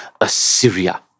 Assyria